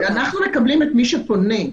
אנחנו מקבלים את מי שפונה.